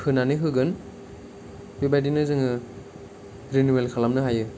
होनानै होगोन बेबादिनो जोङो रिनिउवेल खालामनो हायो